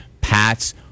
Pats